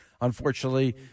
unfortunately